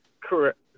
Correct